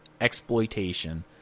exploitation